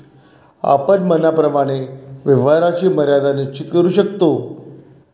आपण मनाप्रमाणे व्यवहाराची मर्यादा निश्चित करू शकतो